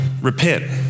Repent